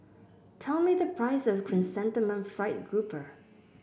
tell me the price of Chrysanthemum Fried Grouper